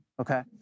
Okay